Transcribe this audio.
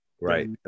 Right